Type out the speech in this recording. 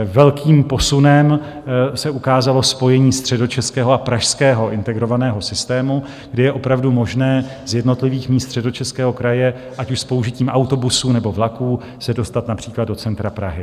Velkým posunem se ukázalo spojení středočeského a pražského integrovaného systému, kde je opravdu možné z jednotlivých míst Středočeského kraje, ať už s použitím autobusů, nebo vlaků, se dostat například do centra Prahy.